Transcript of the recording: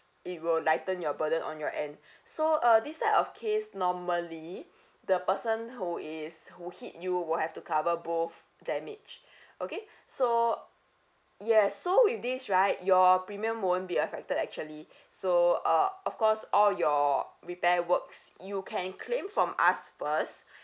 it will lighten your burden on your end so uh this type of case normally the person who is who hit you will have to cover both damage okay so yes so with this right your premium won't be affected actually so uh of course all your repair works you can claim from us first